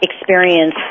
experience